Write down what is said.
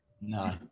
No